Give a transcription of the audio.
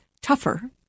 tougher